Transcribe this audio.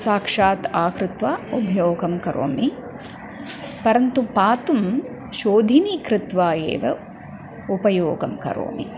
साक्षात् आहृत्वा उपयोगं करोमि परन्तु पातुं शोधिनी कृत्वा एव उपयोगं करोमि